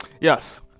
Yes